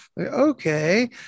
okay